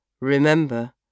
Remember